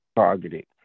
targeted